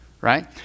right